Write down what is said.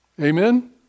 amen